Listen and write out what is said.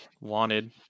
wanted